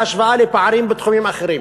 בהשוואה לפערים בתחומים אחרים,